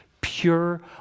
pure